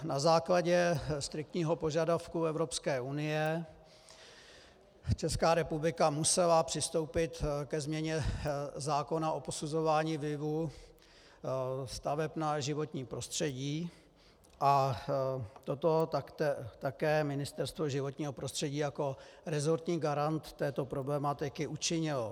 Na základě striktního požadavku Evropské unie Česká republika musela přistoupit ke změně zákona o posuzování vlivů staveb na životní prostředí a toto také Ministerstvo životního prostředí jako resortní garant této problematiky učinilo.